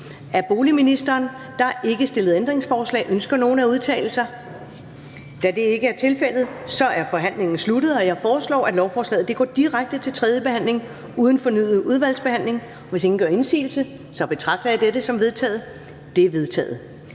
Ellemann): Der er ikke stillet ændringsforslag. Ønsker nogen at udtale sig? Da det ikke er tilfældet, er forhandlingen sluttet. Jeg foreslår, at lovforslaget går direkte til tredje behandling uden fornyet udvalgsbehandling. Hvis ingen gør indsigelse, betragter jeg dette som vedtaget. Det er vedtaget.